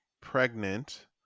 pregnant